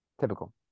Typical